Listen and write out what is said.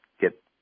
get